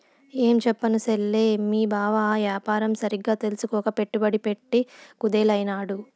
ఏంచెప్పను సెల్లే, మీ బావ ఆ యాపారం సరిగ్గా తెల్సుకోక పెట్టుబడి పెట్ట కుదేలైనాడు